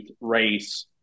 race